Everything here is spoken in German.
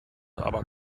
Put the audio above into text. aber